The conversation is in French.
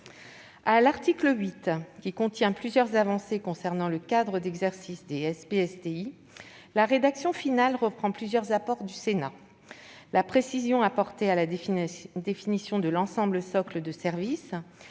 À l'article 8, qui contient plusieurs avancées concernant le cadre d'exercice des SPSTI, la rédaction finale reprend plusieurs apports du Sénat : la précision apportée à la définition de l'ensemble socle de services